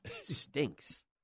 stinks